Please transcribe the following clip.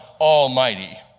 Almighty